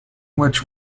which